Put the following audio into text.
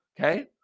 Okay